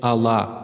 Allah